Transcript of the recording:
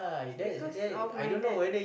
because of my dad